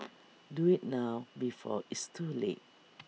do IT now before it's too late